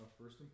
first